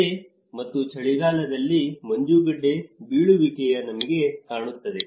ಅದೇ ಮತ್ತು ಚಳಿಗಾಲದಲ್ಲಿ ಮಂಜುಗಡ್ಡೆ ಬೀಳುವಿಕೆಯು ನಿಮಗೆ ಕಾಣುತ್ತದೆ